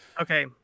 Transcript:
Okay